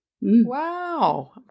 Wow